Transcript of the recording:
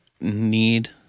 need